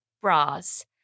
bras